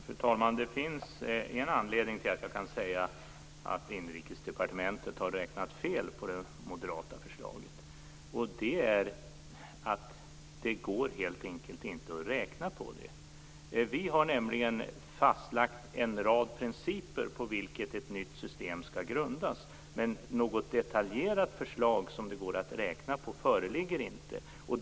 Fru talman! Det finns en anledning till att jag kan säga att Inrikesdepartementet har räknat fel på det moderata förslaget, och det är att det helt enkelt inte går att räkna på det. Vi har nämligen fastlagt en rad principer på vilka ett nytt system skall grundas, men något detaljerat förslag som det går att räkna på föreligger inte.